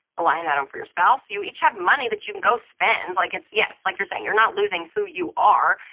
a line item for your spouse. you each have money that you can go spend. like it's yes, like you're saying, you're not losing who you are,